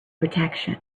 protection